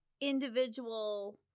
individual